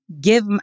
give